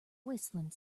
whistling